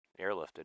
airlifted